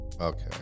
Okay